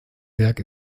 werk